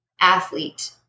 athlete